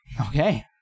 Okay